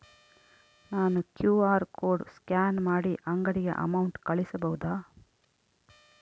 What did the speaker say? ನಾನು QR code scan ಮಾಡಿ ಅಂಗಡಿಗೆ ಅಮೌಂಟ್ ಕಳಿಸಬಹುದಾ?